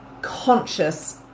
conscious